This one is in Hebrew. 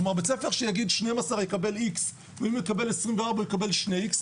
כמו בית-ספר שיגיד 12 יקבל X ואם ידווח 24 יקבל שני X,